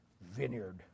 vineyard